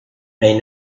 may